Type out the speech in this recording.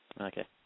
Okay